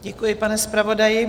Děkuji, pane zpravodaji.